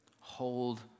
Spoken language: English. hold